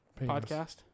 Podcast